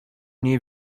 nie